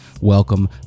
Welcome